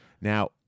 Now